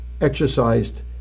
exercised